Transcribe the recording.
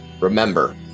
remember